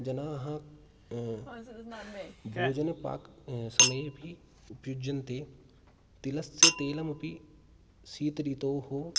जनाः भोजनपाक समयेऽपि उपयुज्यन्ते तिलस्य तैलम् अपि शीत ऋतोः